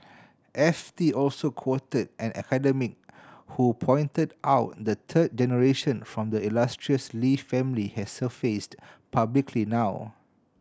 F T also quoted an academic who pointed out the third generation from the illustrious Lee family has surfaced publicly now